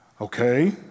Okay